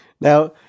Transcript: Now